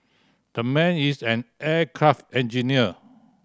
that man is an aircraft engineer